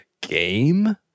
game